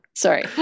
sorry